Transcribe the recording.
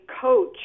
coach